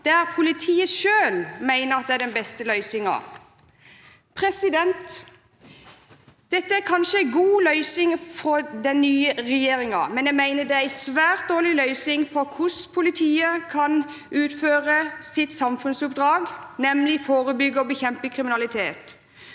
der politiet selv mener det er den beste løsningen. Dette er kanskje en god løsning for den nye regjeringen, men jeg mener det er en svært dårlig løsning på hvordan politiet kan utføre sitt samfunnsoppdrag, nemlig å forebygge og bekjempe kriminalitet.